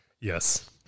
Yes